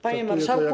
Panie Marszałku!